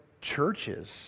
churches